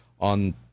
on